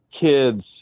kids